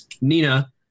Nina